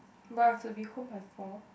but I have to be home by four